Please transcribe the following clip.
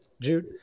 Jude